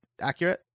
accurate